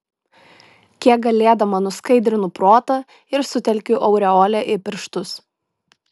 kiek galėdama nuskaidrinu protą ir sutelkiu aureolę į pirštus